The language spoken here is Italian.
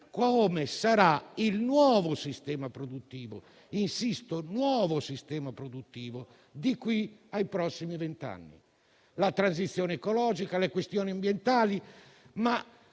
come sarà il nuovo sistema produttivo - insisto, nuovo sistema produttivo - di qui ai prossimi vent'anni. Si è parlato di transizione ecologica e delle questioni ambientali,